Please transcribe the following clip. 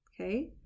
Okay